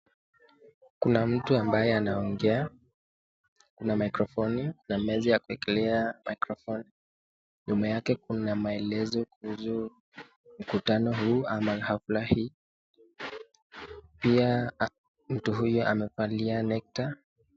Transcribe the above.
Kuna mtu ambaye anaongea, kuna mikrofoni, kuna meza ya kuekelea mikrofoni. Nyuma yake kuna maelezo kuhusu mkutano huu ama hafla hii pia mtu huyu amevalia Nector .